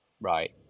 right